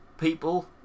people